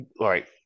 right